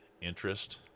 interest